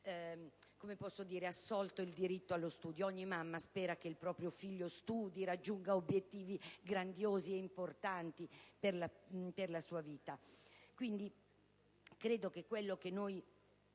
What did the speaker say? vedere riconosciuto il diritto allo studio. Ogni mamma spera che il proprio figlio studi e raggiunga obiettivi grandiosi e importanti per la sua vita. Credo quindi che quello che oggi